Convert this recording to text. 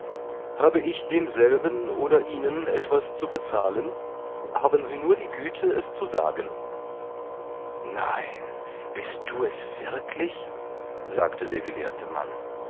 habe ich demselben oder ihnen etwas zu bezahlen haben sie nur die güte es zu sagen nein bist du es wirklich sagte der gelehrte mann